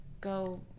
go